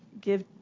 give